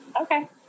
Okay